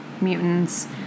mutants